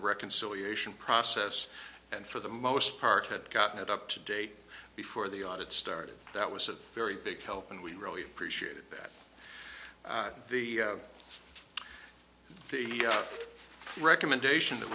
reconciliation process and for the most part had gotten it up to date before the audit started that was a very big help and we really appreciated that the recommendation that